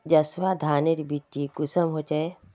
जसवा धानेर बिच्ची कुंसम होचए?